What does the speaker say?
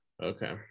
okay